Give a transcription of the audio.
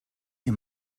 him